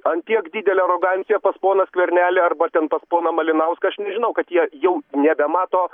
ant tiek didelė arogancija pas poną skvernelį arba ten pas poną malinauską aš nežinau kad jie jau nebemato